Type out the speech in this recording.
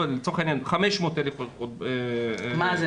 לצורך העניין 500,000 ערכות --- מה זה?